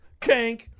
kank